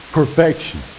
perfection